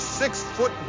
six-foot